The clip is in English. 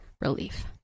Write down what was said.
relief